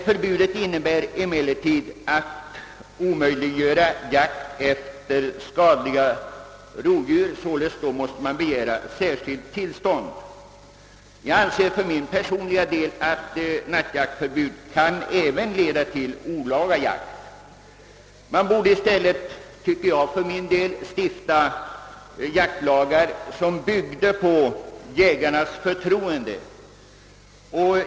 Förbudet innebär emellertid att jakt omöjliggörs på skadliga rovdjur. För sådan jakt måste man begära särskilt tillstånd. Jag anser för min personliga del att nattjaktsförbud även kan leda till olaga jakt. Man borde i stället, tycker jag för min del, stifta jaktlagar som byggde på förtroende till jägarna.